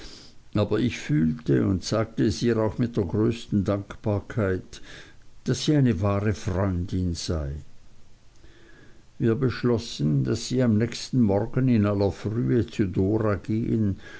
aber ich fühlte und sagte es ihr auch mit der größten dankbarkeit daß sie eine wahre freundin sei wir beschlossen daß sie am nächsten morgen in aller frühe zu dora gehen